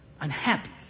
unhappy